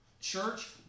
Church